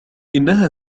إنها